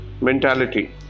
mentality